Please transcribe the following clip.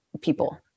people